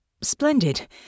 splendid